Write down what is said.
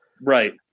Right